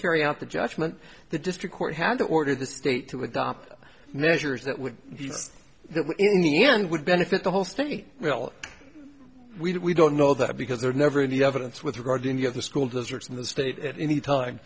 carry out the judgment the district court had ordered the state to adopt measures that would any end would benefit the whole state well if we did we don't know that because there are never any evidence with regard to any of the school districts in the state at any time